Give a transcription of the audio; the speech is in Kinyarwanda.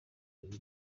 bine